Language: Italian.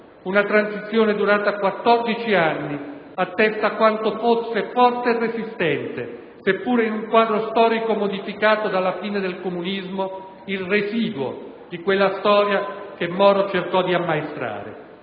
Una transizione durata 14 anni attesta quanto fosse forte e resistente, seppur in un quadro storico modificato dalla fine del comunismo, il residuo di quella storia che Moro cercò di ammaestrare.